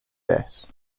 this